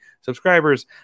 subscribers